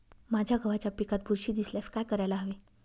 माझ्या गव्हाच्या पिकात बुरशी दिसल्यास काय करायला हवे?